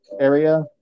area